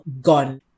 gone